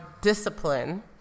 discipline